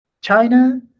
China